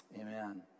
Amen